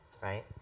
right